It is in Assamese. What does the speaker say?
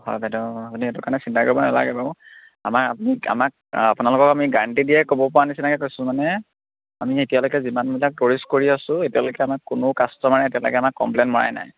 হয় বাইদেউ আপুনি সেইটো কাৰণে চিন্তা কৰিব নালাগে বাৰু আমাক আপুনি আমাক আপোনালোকক আমি গাৰেণ্টি দিয়ে ক'ব পৰা নিচিনাকৈ কৈছোঁ মানে আমি এতিয়ালৈকে যিমানবিলাক টুৰিষ্ট কৰি আছোঁ এতিয়ালৈকে আমাক কোনো কাষ্টমাৰে এতিয়ালৈকে আমাক কমপ্লেইন মৰাই নাই